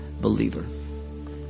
believer